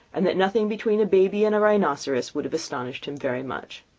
and that nothing between a baby and rhinoceros would have astonished him very much.